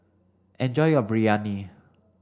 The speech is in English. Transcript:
enjoy your Biryani